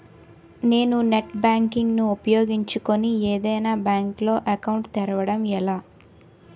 నేను net banking ను ఉపయోగించుకుని ఏదైనా బ్యాంక్ లో అకౌంట్ తెరవడం ఎలా?